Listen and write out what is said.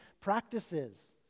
practices